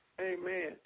Amen